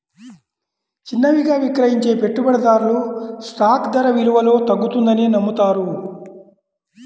చిన్నవిగా విక్రయించే పెట్టుబడిదారులు స్టాక్ ధర విలువలో తగ్గుతుందని నమ్ముతారు